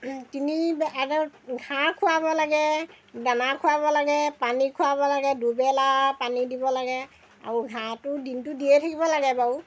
তিনি ঘাঁহ খুৱাব লাগে দানা খুৱাব লাগে পানী খুৱাব লাগে দুবেলা পানী দিব লাগে আৰু ঘাঁহটোও দিনটো দিয়েই থাকিব লাগে বাৰু